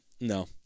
No